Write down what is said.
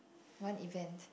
one event